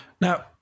now